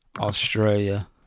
australia